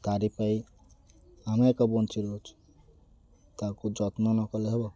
ତାରି ପାଇଁ ଆମେ ଏକ ବଞ୍ଚିିଛୁ ତାକୁ ଯତ୍ନ ନକଲେ ହେବ